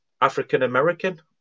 African-American